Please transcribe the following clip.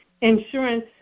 insurance